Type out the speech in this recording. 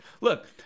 Look